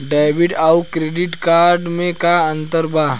Debit आउर credit card मे का अंतर बा?